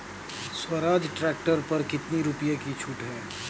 Swaraj tractor पर कितनी रुपये की छूट है?